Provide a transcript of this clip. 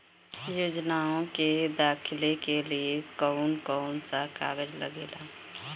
योजनाओ के दाखिले के लिए कौउन कौउन सा कागज लगेला?